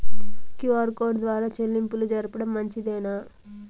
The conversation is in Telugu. క్యు.ఆర్ కోడ్ ద్వారా చెల్లింపులు జరపడం మంచిదేనా?